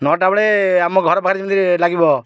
ନଅଟାବେଳେ ଆମ ଘର ପାଖରେ ଯେମିତି ଲାଗିବ